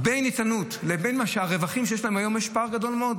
בין איתנות לבין הרווחים שיש להם היום יש פער גדול מאוד,